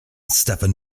stephen